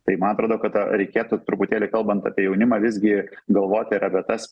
tai man atrodo kad reikėtų truputėlį kalbant apie jaunimą visgi galvoti ir apie tas